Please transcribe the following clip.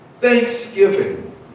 thanksgiving